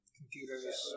Computers